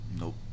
Nope